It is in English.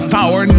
Power